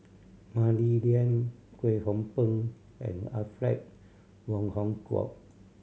Mah Li Lian Kwek Hong Png and Alfred Wong Hong Kwok